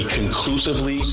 conclusively